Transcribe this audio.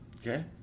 Okay